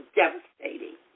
devastating